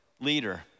Leader